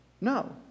No